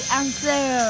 answer